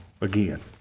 again